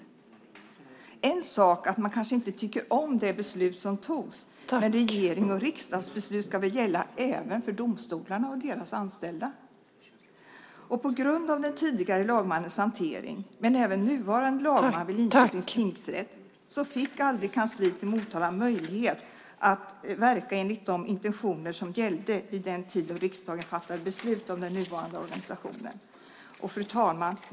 Det är en sak att man kanske inte tycker om det beslut som togs, men regerings och riksdagsbeslut ska väl gälla även för domstolarna och deras anställda. På grund av den tidigare lagmannens hantering, men även nuvarande lagmans vid Linköpings tingsrätt, fick aldrig kansliet i Motala möjlighet att verka enligt de intentioner som gällde vid den tid då riksdagen fattade beslut om den nuvarande organisationen. Fru talman!